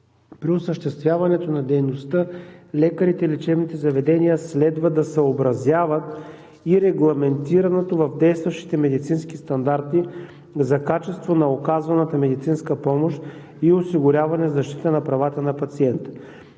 При осъществяването на дейността лекарите и лечебните заведения следва да съобразяват и регламентираното в действащите медицински стандарти за качество на оказваната медицинска помощ и осигуряване защита на правата на пациента.